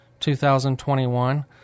2021